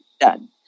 done